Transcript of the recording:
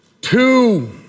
two